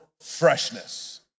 freshness